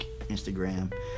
instagram